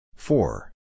Four